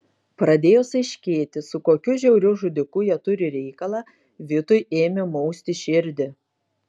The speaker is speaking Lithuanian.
pradėjus aiškėti su kokiu žiauriu žudiku jie turi reikalą vitui ėmė mausti širdį